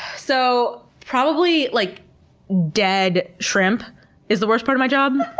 so probably like dead shrimp is the worst part of my job